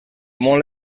molt